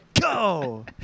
go